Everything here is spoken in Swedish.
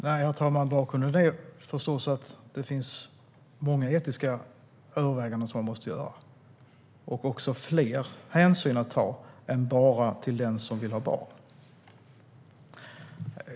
Herr talman! Bakgrunden är förstås att det finns många etiska överväganden som man måste göra och fler hänsyn att ta än bara till den som vill ha barn.